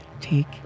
take